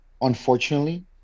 unfortunately